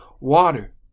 water